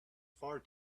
far